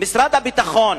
משרד הביטחון,